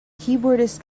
keyboardist